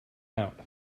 out